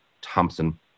Thompson